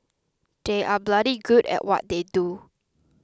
they are bloody good at what they do